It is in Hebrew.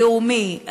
לאומי,